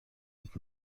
mit